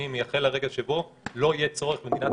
אני מייחל לרגע שבו לא יהיה צורך במדינת